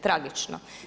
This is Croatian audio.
Tragično.